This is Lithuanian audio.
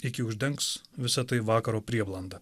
iki uždengs visa tai vakaro prieblanda